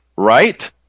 Right